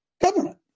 government